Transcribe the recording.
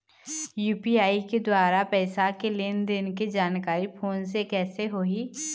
UPI के द्वारा पैसा के लेन देन के जानकारी फोन से कइसे होही?